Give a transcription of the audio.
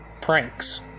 pranks